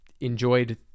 enjoyed